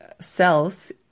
cells